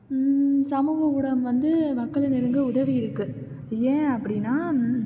சமூக ஊடகம் வந்து மக்களை நெருங்க உதவியிருக்குது ஏன் அப்படின்னா